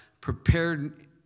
prepared